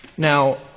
Now